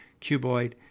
cuboid